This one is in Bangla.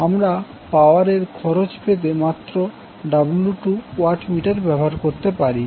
আমরা পাওয়ার এর খরচ পেতে মাত্র W2 ওয়াট মিটার ব্যবহার করতে পারি